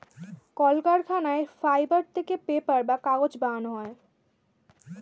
কলকারখানায় ফাইবার থেকে পেপার বা কাগজ বানানো হয়